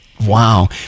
Wow